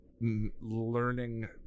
learning